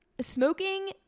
Smoking